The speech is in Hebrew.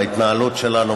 בהתנהלות שלנו.